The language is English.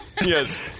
Yes